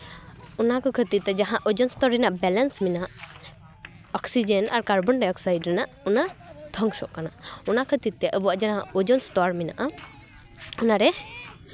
ᱚᱱᱟ ᱠᱚ ᱠᱷᱟᱹᱛᱤᱨ ᱛᱮ ᱡᱟᱦᱟᱸ ᱳᱡᱳᱱ ᱚᱥᱛᱚᱨ ᱨᱮᱱᱟᱜ ᱵᱮᱞᱮᱱᱥ ᱢᱮᱱᱟᱜ ᱚᱠᱥᱤᱡᱮᱱ ᱟᱨ ᱠᱟᱨᱵᱚᱱᱰᱟᱭ ᱚᱠᱥᱟᱭᱤᱰ ᱨᱮᱱᱟᱜ ᱚᱱᱟ ᱫᱷᱚᱝᱥᱚᱜ ᱠᱟᱱᱟ ᱚᱱᱟ ᱠᱷᱟᱹᱛᱤᱨ ᱛᱮ ᱟᱵᱚᱣᱟᱜ ᱡᱮᱱᱚ ᱳᱡᱚᱱ ᱚᱥᱛᱚᱨ ᱢᱮᱱᱟᱜᱼᱟ ᱚᱱᱟᱨᱮ